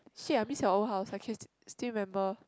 shit ah I miss your old house I can still remember